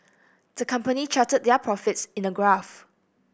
the company charted their profits in a graph